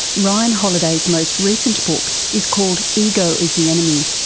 ryan holiday's most recent book is called ego is the enemy.